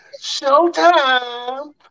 Showtime